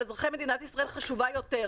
של אזרחי מדינת ישראל חשובה לא פחות.